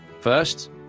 first